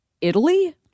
Italy